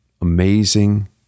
amazing